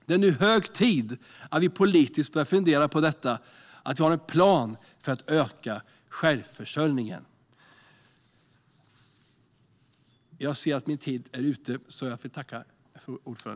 Det är nu hög tid att vi politiskt börjar fundera på detta och att vi har en plan för att öka självförsörjningen.